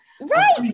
Right